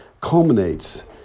culminates